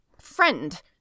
friend